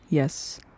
yes